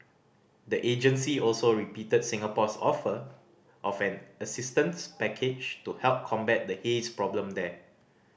the agency also repeated Singapore's offer of an assistance package to help combat the haze problem there